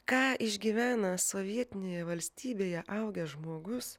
ką išgyvena sovietinėje valstybėje augęs žmogus